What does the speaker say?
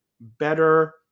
better